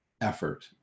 effort